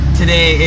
today